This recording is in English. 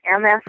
MS